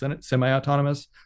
semi-autonomous